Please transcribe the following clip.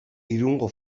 irungo